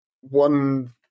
one